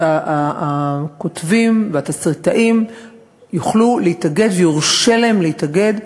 ושהכותבים והתסריטאים יוכלו להתאגד ויורשה להם להתאגד.